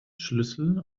schlüssel